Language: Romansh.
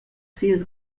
sias